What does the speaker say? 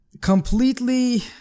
completely